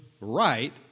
right